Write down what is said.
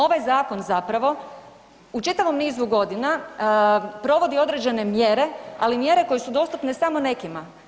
Ovaj zakon zapravo u čitavom nizu godina provodi određene mjere, ali mjere koje su dostupne samo nekima.